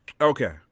Okay